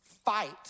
fight